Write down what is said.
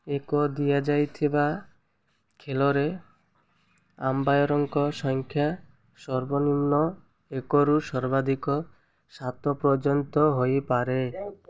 ଏକ ଦିଆଯାଇଥିବା ଖେଳରେ ଆମ୍ପାୟାରଙ୍କ ସଂଖ୍ୟା ସର୍ବନିମ୍ନ ଏକରୁ ସର୍ବାଧିକ ସାତ ପର୍ଯ୍ୟନ୍ତ ହୋଇପାରେ